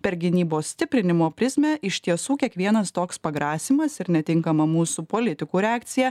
per gynybos stiprinimo prizmę iš tiesų kiekvienas toks pagrasymas ir netinkama mūsų politikų reakcija